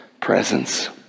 presence